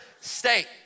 state